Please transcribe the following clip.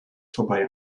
vorbei